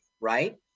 right